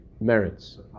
Merits